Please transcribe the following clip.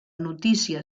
notícia